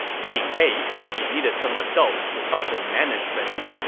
being eight, he needed some adults to help him manage things.